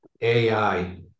AI